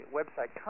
website